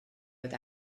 oedd